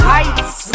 Heights